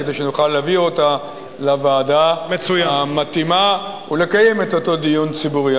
כדי שנוכל להביא אותה לוועדה המתאימה ולקיים את אותו דיון ציבורי.